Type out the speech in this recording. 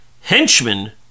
henchman